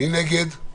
מי נגד?